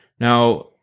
Now